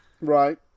Right